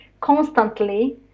constantly